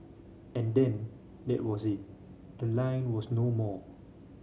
and then that was it the line was no more